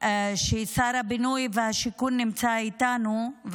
ששר הבינוי והשיכון נמצא איתנו,